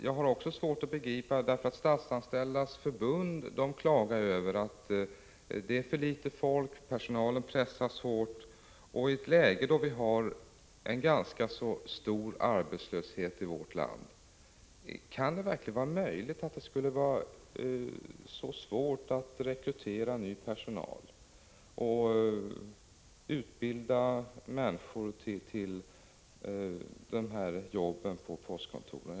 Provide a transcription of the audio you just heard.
1985/86:39 Dessutom klagar Statsanställdas förbund över att det är för litet folk, att 28 november 1985 personalen pressas hårt. I ett läge när vi har ganska stor arbetslöshet i vårt land — kan det då verkligen vara svårt att rekrytera ny personal och utbilda oe ER T ee människor till dessa jobb på postkontoren?